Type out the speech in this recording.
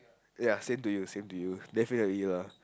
ya same to you same to you definitely lah